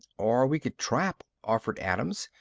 or we could trap, offered adams.